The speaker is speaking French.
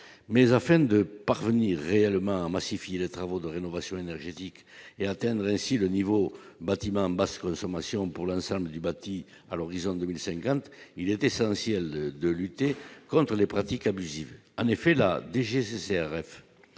mais afin de parvenir réellement massifier les travaux de rénovation énergétique et atteindre ainsi le niveau bâtiments basse consommation pour l'ensemble du bâti à l'horizon 2050, il est essentiel de lutter contre les pratiques abusives, en effet, la DGCCRF